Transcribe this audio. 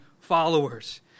followers